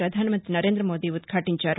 ప్రధాన మంతి నరేంద మోదీ ఉద్ఘటించారు